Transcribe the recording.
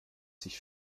sich